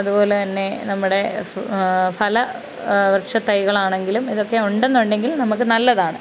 അതുപോലെ തന്നെ നമ്മുടെ ഫല വൃക്ഷത്തൈകളാണെങ്കിലും ഇതൊക്കെ ഉണ്ടെന്നുണ്ടെങ്കിൽ നമുക്ക് നല്ലതാണ്